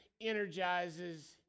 energizes